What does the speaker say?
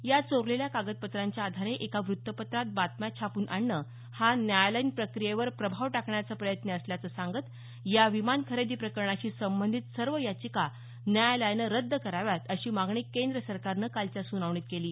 या चोरलेल्या कागदपत्रांच्या आधारे एका वृत्तपत्रात बातम्या छापून आणणं हा न्यायालयीन प्रक्रियेवर प्रभाव टाकण्याचा प्रयत्न असल्याचं सांगत या विमान खरेदी प्रकरणाशी संबंधित सर्व याचिका न्यायालयानं रद्द कराव्यात अशी मागणी केंद्र सरकारनं कालच्या सुनावणीत केली